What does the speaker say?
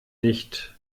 nicht